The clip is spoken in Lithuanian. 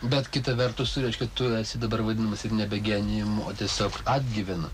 bet kita vertus reiškia tu esi dabar vadinamas ir nebe genijum o tiesiog atgyvena